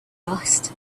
asked